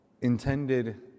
intended